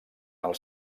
els